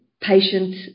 patient